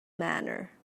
manner